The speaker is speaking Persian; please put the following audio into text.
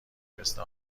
مثل